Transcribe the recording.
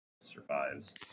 survives